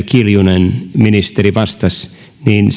kiljunen ja ministeri vastasi niin